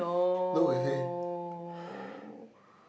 no